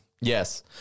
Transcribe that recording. Yes